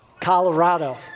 Colorado